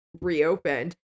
reopened